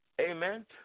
Amen